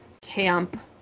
camp